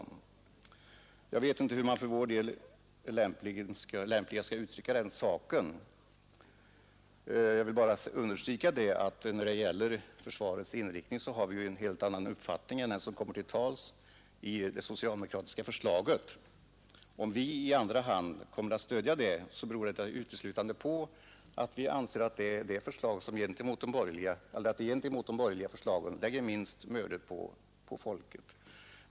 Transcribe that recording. Jag vet inte hur man för vår del lämpligast skall uttrycka den saken. Jag vill bara understryka att när det gäller försvarets inriktning har vi en helt annan uppfattning än den som kommer till uttryck i det socialdemokratiska förslaget. Om vi i andra hand kommer att stödja det, så beror detta uteslutande på att vi anser att det är ett förslag som i jämförelse med de borgerliga förslagen lägger minst bördor på folket.